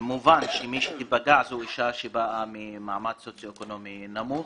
מובן שמי שתיפגע זו אישה שבאה ממעמד סוציואקונומי נמוך.